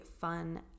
fun